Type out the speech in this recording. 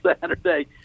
Saturday